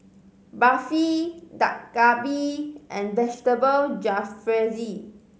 Barfi Dak Galbi and Vegetable Jalfrezi